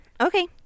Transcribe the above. Okay